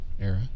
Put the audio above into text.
era